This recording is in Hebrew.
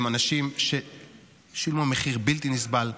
הם אנשים ששילמו מחיר בלתי נסבל,